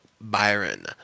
Byron